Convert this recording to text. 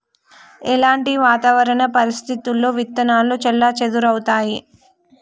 ఎలాంటి వాతావరణ పరిస్థితుల్లో విత్తనాలు చెల్లాచెదరవుతయీ?